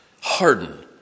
Harden